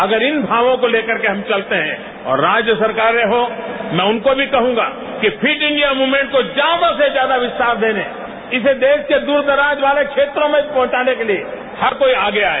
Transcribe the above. अगर इन भावों को लेकर के हम चलते है और राज्य सरकारें हों मैं उनको भी कहूंगा कि फिट इंडिया मूवमेंट को ज्यादा से ज्यादा विस्तार देने इसे देश के दूरदराज वाले क्षेत्रों में भी पहुंचाने के लिए हर कोई आगे आए